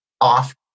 off